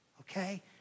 okay